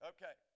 Okay